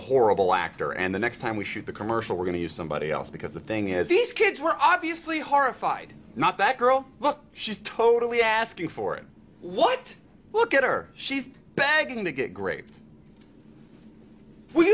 horrible actor and the next time we shoot the commercial we're going to use somebody else because the thing is these kids were obviously horrified not that girl but she's totally asking for it what look at her she's begging to get gr